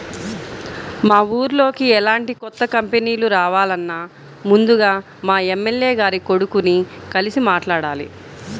మా ఊర్లోకి ఎలాంటి కొత్త కంపెనీలు రావాలన్నా ముందుగా మా ఎమ్మెల్యే గారి కొడుకుని కలిసి మాట్లాడాలి